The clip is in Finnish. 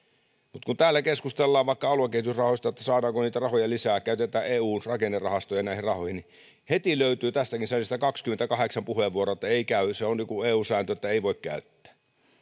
mutta kun täällä keskustellaan vaikka aluekehitysrahoista siitä saadaanko niitä rahoja lisää ja siitä että käytetään eun rakennerahastoja näihin rahoihin niin heti löytyy tässäkin salissa kaksikymmentäkahdeksan puheenvuoroa siitä että ei käy se on joku eu sääntö että ei voi käyttää